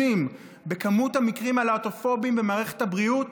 במספר המקרים הלהט"בופוביים במערכת הבריאות,